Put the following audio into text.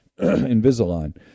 Invisalign